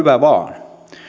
hyvä vain